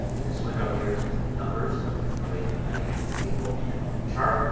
and this window here is numbers with a table and a chart.